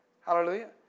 Hallelujah